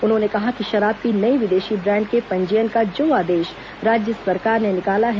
उन्होंने कहा कि शराब की नई विदेश ब्रांड के पंजीयन का जो आदेश राज्य सरकार ने निकाला है